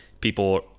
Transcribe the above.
people